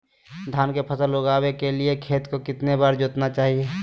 धान की फसल उगाने के लिए खेत को कितने बार जोतना चाइए?